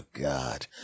God